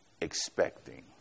expecting